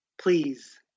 Please